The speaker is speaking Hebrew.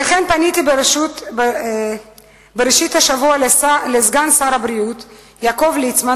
לכן פניתי בראשית השבוע לסגן שר הבריאות יעקב ליצמן,